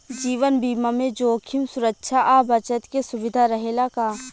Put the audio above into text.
जीवन बीमा में जोखिम सुरक्षा आ बचत के सुविधा रहेला का?